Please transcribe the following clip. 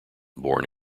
born